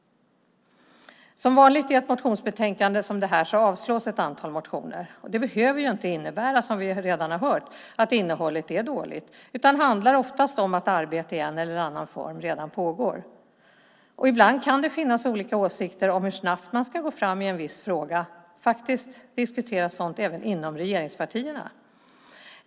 Som vanligt i ett motionsbetänkande som det här avstyrks ett antal motioner. Det behöver inte innebära, som vi redan har hört, att innehållet är dåligt. Det handlar oftast om att arbete i en eller annan form redan pågår. Ibland kan det finnas olika åsikter om hur snabbt man ska gå fram i en viss fråga. Sådant diskuteras faktiskt även inom regeringspartierna.